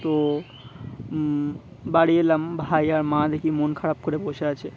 তো বাড়ি এলাম ভাই আর মা দেখি মন খারাপ করে বসে আছে